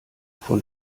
von